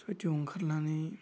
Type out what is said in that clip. सयथायाव ओंखारनानै